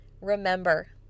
Remember